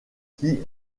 qui